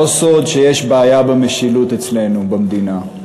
לא סוד הוא שיש בעיה במשילות אצלנו במדינה.